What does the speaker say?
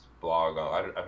blog